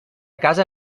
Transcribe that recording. casa